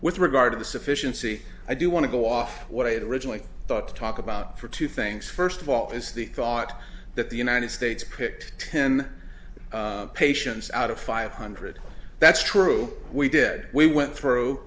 with regard to the sufficiency i do want to go off what i had originally thought to talk about for two things first of all is the thought that the united states picked ten patients out of five hundred that's true we did we went through